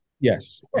Yes